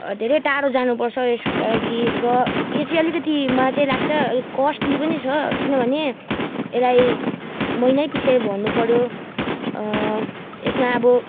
धेरै टाढो जानु पर्छ र यसको लागि र यो चाहिँ अलिकति मलाई चाहिँ लाग्छ कस्टली पनि छ किनभने यसलाई महिनैपिच्छे भर्नु पर्यो यसमा अब